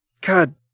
god